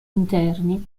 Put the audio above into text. interni